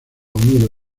unido